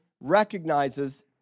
recognizes